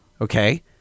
okay